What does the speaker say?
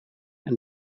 and